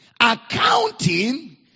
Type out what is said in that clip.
Accounting